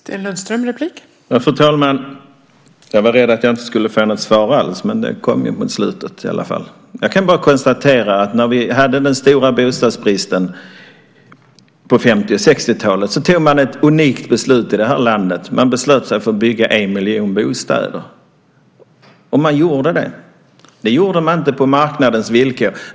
Fru talman! Jag var rädd att jag inte skulle få något svar alls, men det kom ju mot slutet. Jag kan konstatera att när vi hade den stora bostadsbristen på 50 och 60-talet fattade man ett unikt beslut här i landet. Man beslutade att bygga en miljon bostäder, och man gjorde det. Det gjorde man inte på marknadens villkor.